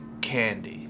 candy